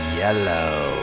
yellow